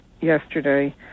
yesterday